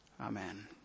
Amen